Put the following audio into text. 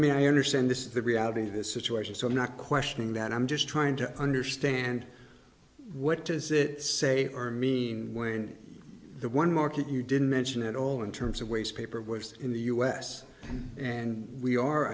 mean i understand this is the reality of the situation so i'm not questioning that i'm just trying to understand what does it say or mean when the one market you didn't mention at all in terms of waste paper was in the us and we are